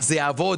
זה יעבוד,